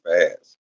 fast